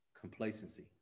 Complacency